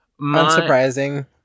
Unsurprising